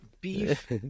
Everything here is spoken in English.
beef